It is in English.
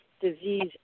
disease